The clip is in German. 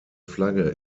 flagge